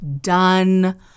done